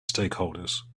stakeholders